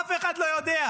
אף אחד לא יודע.